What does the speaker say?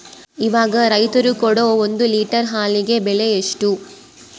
ಇವಾಗ ರೈತರು ಕೊಡೊ ಒಂದು ಲೇಟರ್ ಹಾಲಿಗೆ ಬೆಲೆ ಎಷ್ಟು?